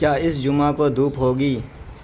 کیا اس جمعہ کو دھوپ ہوگی